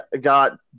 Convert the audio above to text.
got –